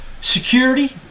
security